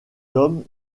hommes